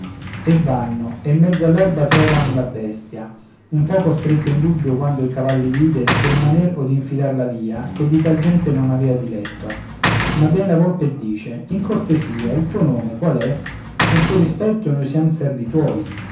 e vanno e in mezzo all'erba trovan la bestia un poco stette in dubbio quando il avalli vide se rimaner od infilar la via ché di tal gente non avea diletto ma vien la volpe e dice in cortesia il tuo nome qual è con tuo rispetto noi siamo servi tuoi